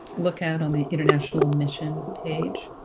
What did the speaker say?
look at on the international mission page